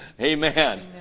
Amen